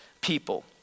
people